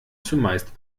zumeist